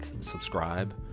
subscribe